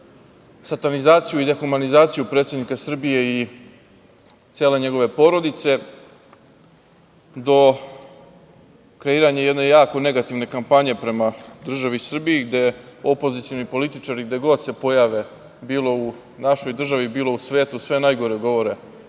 satanizaciju i dehumanizaciju predsednika Srbije i cele njegove porodice, do kreiranja jedne jako negativne kampanje prema državi Srbiji gde opozicioni političari gde god se pojave, bilo u našoj državi, bilo u svetu, sve najgore govore